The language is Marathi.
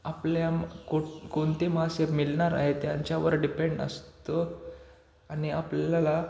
आपल्या कोणकोणते मासे मिलणार आहे त्यांच्यावर डिपेंड असतो आणि आपल्याला